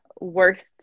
worst